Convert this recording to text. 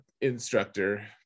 instructor